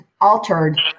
altered